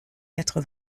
quatre